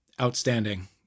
outstanding